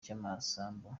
cy’amasambu